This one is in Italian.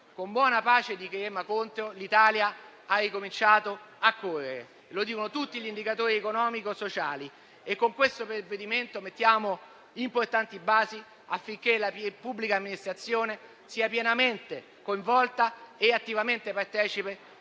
con buona pace di chi rema contro, l'Italia ha ricominciato a correre, come rilevano tutti gli indicatori economico-sociali. Con il provvedimento in esame poniamo importanti basi affinché la pubblica amministrazione sia pienamente coinvolta e attivamente partecipe